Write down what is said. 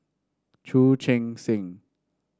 Chu Chee Seng